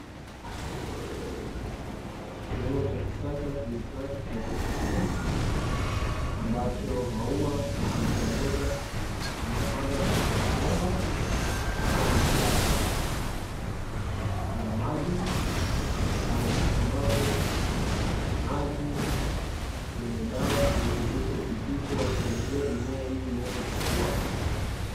Kilimo cha kisasa kiitwacho haidroponi, ambacho maua na mbogamboga zinapandwa katika mabomba, kama mabomba ya maji; ambapo maji yenye dawa na virutubisho hupitishwa kwenye hiyo mimea ili iweze kukua.